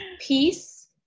peace